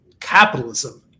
capitalism